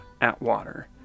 Atwater